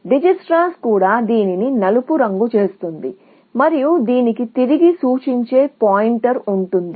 Dijkstra కూడా దీనిని నలుపు రంగు గా చేస్తుంది మరియు దీనికి తిరిగి సూచించే పాయింటర్ ఉంటుంది